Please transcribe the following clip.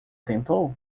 tentou